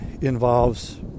involves